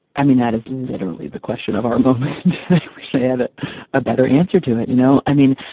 i mean, that is literally the question of our moment yeah that a better answer to it. you know, i mean,